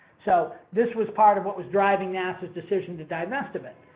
so, this was part of what was driving nasa's decision to divest of it.